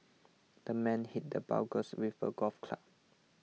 the man hit the burglar with a golf club